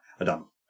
Adam